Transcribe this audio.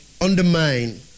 undermine